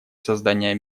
создания